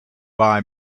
buy